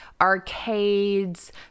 arcades